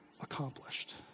accomplished